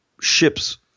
ships